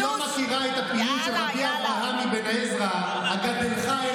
את לא מכירה את, יאללה, יאללה.